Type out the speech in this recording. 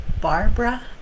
Barbara